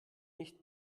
nicht